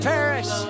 Paris